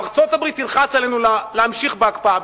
ארצות-הברית תלחץ עלינו להמשיך בהקפאה,